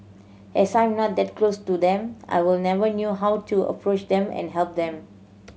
as I'm not that close to them I were never knew how to approach them and help them